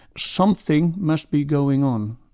something must be going on,